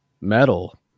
metal